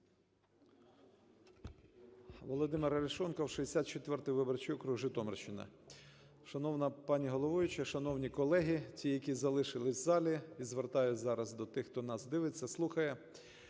ВолодимирАрешонков, 64 виборчий округ, Житомирщина. Шановна пані головуюча! Шановні колеги, ті, які залишились в залі. І звертаюсь зараз до тих, хто нас дивиться, слухає.